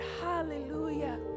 Hallelujah